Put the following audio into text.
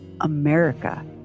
America